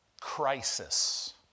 Crisis